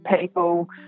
people